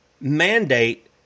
mandate